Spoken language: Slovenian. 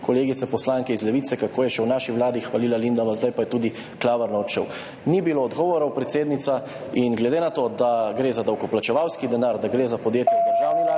kolegice poslanke iz Levice, kako je še v naši vladi hvalila Lindava, zdaj pa je tudi klavrno odšel. Ni bilo odgovorov, predsednica, in glede na to, da gre za davkoplačevalski denar, da gre za podjetja v državni lasti,